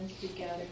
together